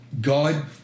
God